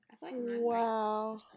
Wow